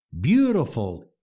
beautiful